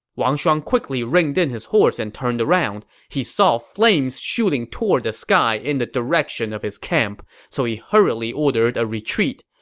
wang shuang quickly reined in his horse and turned around. he saw flames shooting toward the sky in the direction of his camp, so he hurriedly ordered a retreat.